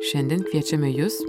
šiandien kviečiame jus